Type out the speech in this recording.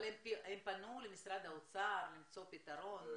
אבל הם פנו למשרד האוצר למצוא פתרון,